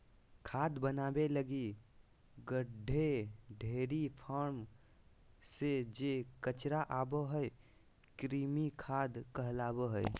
खाद बनाबे लगी गड्डे, डेयरी फार्म से जे कचरा आबो हइ, कृमि खाद कहलाबो हइ